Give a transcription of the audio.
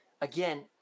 again